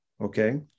Okay